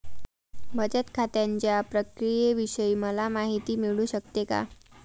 बचत खात्याच्या प्रक्रियेविषयी मला माहिती मिळू शकते का?